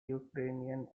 ukrainian